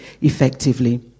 effectively